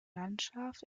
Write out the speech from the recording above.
landschaft